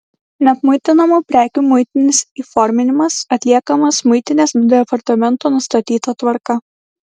neapmuitinamų prekių muitinis įforminimas atliekamas muitinės departamento nustatyta tvarka